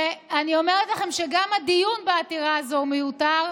ואני אומרת לכם שגם הדיון בעתירה הזו הוא מיותר.